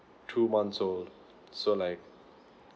two months old so like